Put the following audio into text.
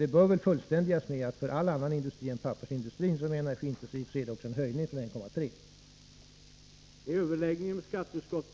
Det bör bara fullständigas med att för all annan industri än pappersindustrin, som är energiintensiv, är det en höjning från 1,3 96.